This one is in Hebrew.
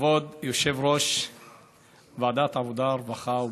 כבוד יושב-ראש ועדת העבודה, הרווחה והבריאות,